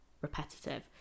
repetitive